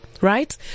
Right